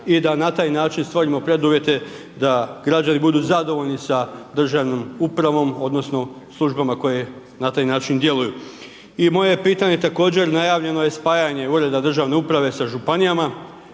i da na taj način stvorimo preduvjete da građani budu zadovoljni sa državnom upravom odnosno službama koje na taj način djeluju. I moje je pitanje također, najavljeno je spajanje ureda državne uprave sa županijama,